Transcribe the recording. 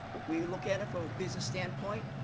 we look at it from a business standpoint.